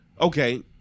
Okay